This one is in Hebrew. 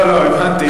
לא, לא, הבנתי.